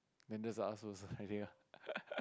the just ask first already ah